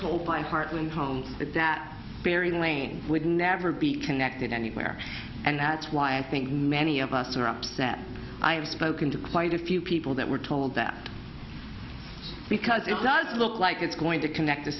told by partly in homes that barry lane would never be connected anywhere and that's why i think many of us are upset i have spoken to quite a few people that were told that because it does look like it's going to connect to